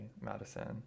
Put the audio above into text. Madison